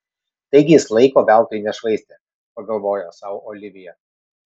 taigi jis laiko veltui nešvaistė pagalvojo sau olivija